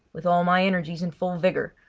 with all my energies in full vigour,